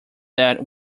that